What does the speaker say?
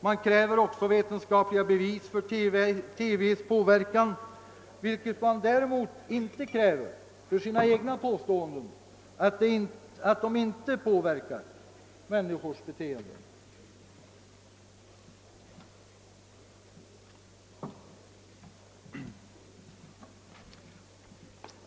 Man kräver vetenskapliga bevis för TV:s påverkan, vilket man inte kräver för sina egna påståenden att den inte påverkar människors beteenden.